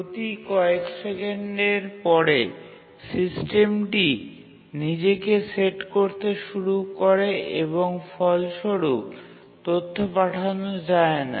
প্রতি কয়েক সেকেন্ডের পরে সিস্টেমটি নিজেকে সেট করতে শুরু করে এবং ফলস্বরূপ তথ্য পাঠানো যায়না